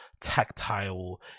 tactile